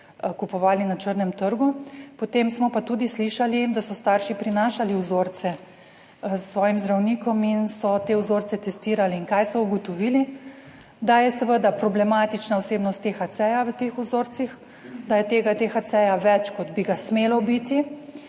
kupovali na črnem trgu, potem smo pa tudi slišali, da so starši prinašali vzorce s svojim zdravnikom in so te vzorce testirali, in kaj so ugotovili, da je seveda problematična vsebnost THC v teh vzorcih, da je tega THC več, kot bi ga smelo biti.